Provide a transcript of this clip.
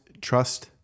trust